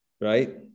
Right